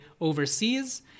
overseas